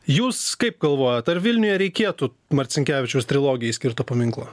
jūs kaip galvojat ar vilniuje reikėtų marcinkevičiaus trilogijai skirto paminklo